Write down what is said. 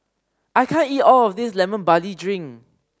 I can't eat all of this Lemon Barley Drink